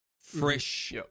fresh